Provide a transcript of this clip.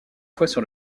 fois